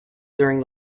during